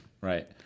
right